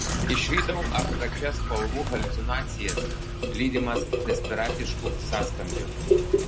išvydau abstrakčias spalvų haliucinacijas lydimas desperatiškų sąskambių